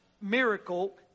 miracle